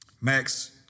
Max